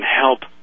help